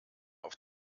auf